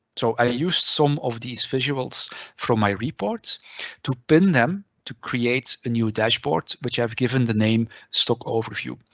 so i use some of these visuals from my reports to pin them, to create a new dashboard, which i've given the name stock overview.